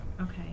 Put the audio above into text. Okay